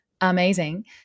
amazing